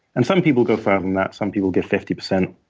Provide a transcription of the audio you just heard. and some people go further than that. some people give fifty percent.